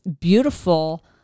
beautiful